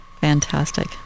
Fantastic